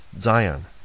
Zion